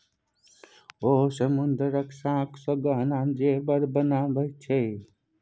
ओ समुद्रक शंखसँ गहना जेवर बनाबैत छै